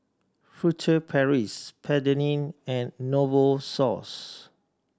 Furtere Paris Petadine and Novosource